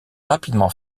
rapidement